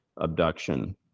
abduction